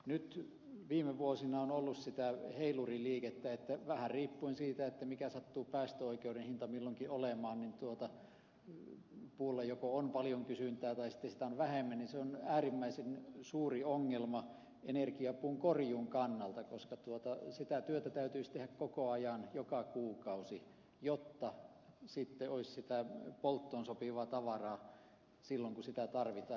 nyt viime vuosina on ollut sitä heiluriliikettä että vähän riippuen siitä mikä sattuu päästöoikeuden hinta milloinkin olemaan joko puulla on paljon kysyntää tai sitten sitä on vähemmän ja se on äärimmäisen suuri ongelma energiapuun korjuun kannalta koska sitä työtä täytyisi tehdä koko ajan joka kuukausi jotta sitten olisi sitä polttoon sopivaa tavaraa silloin kun sitä tarvitaan